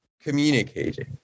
communicating